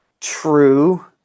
True